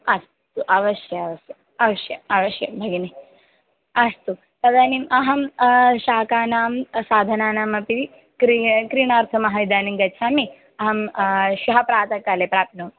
अस्तु अवश्यम् अवश्यम् अवश्यम् अवश्यं भगिनि अस्तु तदानीम् अहं शाकानां साधनानामपि क्री क्रीणार्थमहम् इदानीं गच्छामि अहं श्वः प्रातःकाले प्राप्नोमि